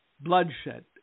bloodshed